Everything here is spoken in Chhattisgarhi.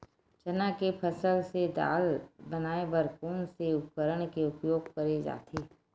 चना के फसल से दाल बनाये बर कोन से उपकरण के उपयोग करे जाथे?